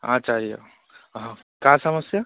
आचार्यः अह का समस्या